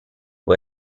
può